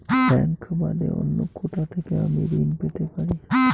Bank বাদে অন্য কোথা থেকে আমি ঋন পেতে পারি?